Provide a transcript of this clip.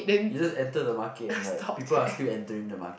you just enter the market and like people ask you entering the market